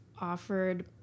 offered